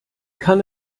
kann